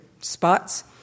spots